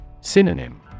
Synonym